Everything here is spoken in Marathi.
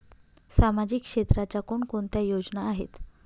सामाजिक क्षेत्राच्या कोणकोणत्या योजना आहेत?